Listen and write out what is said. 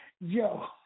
yo